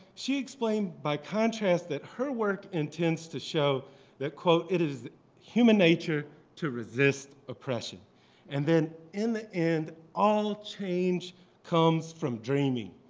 she explained by contrast that her work intends to show that quote it is human nature to resist oppression and that in the end all change comes from dreaming,